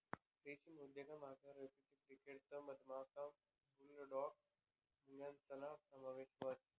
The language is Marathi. रेशीम उद्योगमा रेसिपी क्रिकेटस मधमाशा, बुलडॉग मुंग्यासना समावेश व्हस